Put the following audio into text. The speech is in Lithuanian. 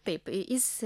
taip jis